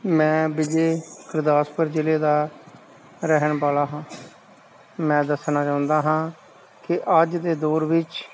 ਮੈਂ ਵਿਜੈ ਗੁਰਦਾਸਪੁਰ ਜ਼ਿਲ੍ਹੇ ਦਾ ਰਹਿਣ ਵਾਲਾ ਹਾਂ ਮੈਂ ਦੱਸਣਾ ਚਾਹੁੰਦਾ ਹਾਂ ਕਿ ਅੱਜ ਦੇ ਦੌਰ ਵਿੱਚ